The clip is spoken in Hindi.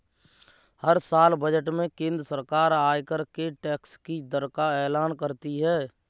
हर साल बजट में केंद्र सरकार आयकर के टैक्स की दर का एलान करती है